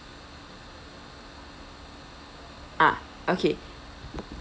ah okay